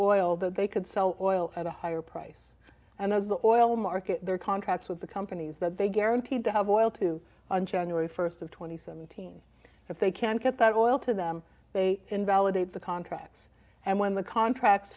oil that they could sell oil at a higher price and as the oil market there contracts with the companies that they guaranteed to have oil too on january first of two thousand and seventeen if they can't get that oil to them they invalidate the contracts and when the contracts